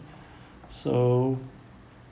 so